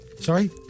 Sorry